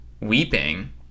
weeping